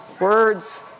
words